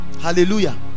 Hallelujah